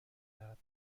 دهد